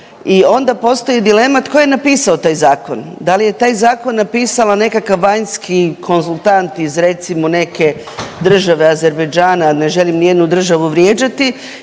I onda postoji dilema tko je napisao taj zakon, da li je taj zakon napisala nekakav vanjski konzultant iz recimo neke države Azerbajdžana, ne želim nijednu državu vrijeđati